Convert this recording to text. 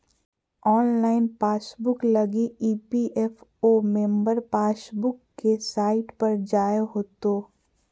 online passbook लगी EPFO member passbook के site पर जाय होतो